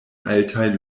altaj